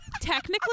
technically